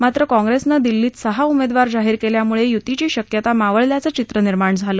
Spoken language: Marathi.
मात्र काँग्रस्तिं दिल्लीत सहा उमेद्वार जाहीर कल्यामुळव्वितीची शक्यता मावळल्याचं चित्र निर्माण झालं